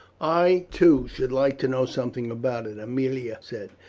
i, too, should like to know something about it, aemilia said.